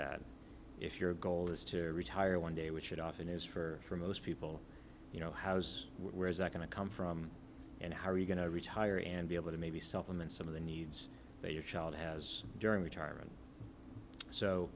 that if your goal is to retire one day which it often is for most people you know house where is that going to come from and how are you going to retire and be able to maybe supplement some of the needs that your child has during retirement